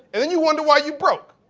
and then you wonder why you broke.